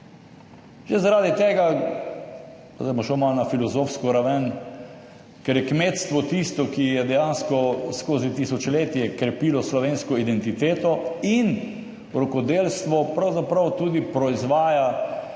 že zaradi tega, zdaj bom šel malo na filozofsko raven, ker je kmetstvo tisto, ki je dejansko skozi tisočletje krepilo slovensko identiteto in rokodelstvo pravzaprav tudi proizvaja